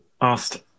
asked